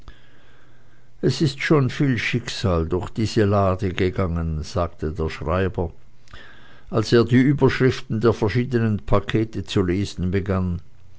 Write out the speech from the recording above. es ist schon viel schicksal durch diese lade gegangen sagte der schreiber als er die überschriften der verschiedenen pakete zu lesen begann